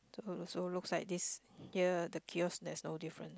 also looks like this gear the gear there's no difference